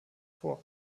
vor